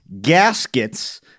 gaskets